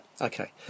okay